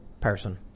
person